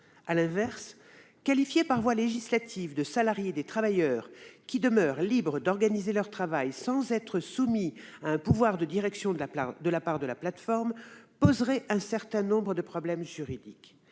À l'inverse, qualifier de salariés, par voie législative, des travailleurs qui demeurent libres d'organiser leur travail sans être soumis à un pouvoir de direction de la part de la plateforme poserait un certain nombre de problèmes juridiques.